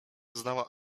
znała